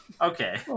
okay